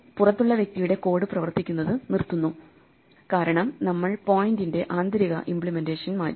പുറത്തുള്ള വ്യക്തിയുടെ കോഡ് പ്രവർത്തിക്കുന്നത് നിർത്തുന്നു കാരണം നമ്മൾ പോയിന്റിന്റെ ആന്തരിക ഇമ്പ്ലിമെന്റേഷൻ മാറ്റി